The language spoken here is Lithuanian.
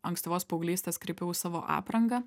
ankstyvos paauglystės kreipiau į savo aprangą